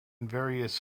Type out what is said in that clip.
various